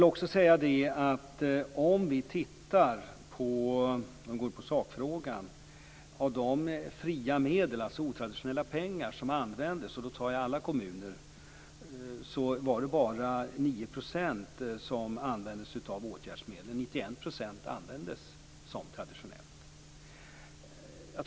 Låt oss se på sakfrågan. Av de otraditionella pengar som användes - jag tar nu alla kommuner - var det bara 9 % som användes för åtgärder. 91 % av medlen användes på ett traditionellt sätt.